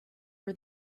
are